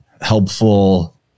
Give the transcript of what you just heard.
helpful